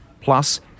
Plus